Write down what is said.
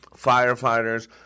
firefighters